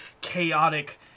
chaotic